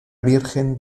virgen